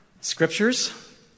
Scriptures